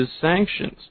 sanctions